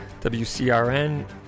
WCRN